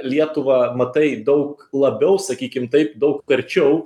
lietuvą matai daug labiau sakykim taip daug arčiau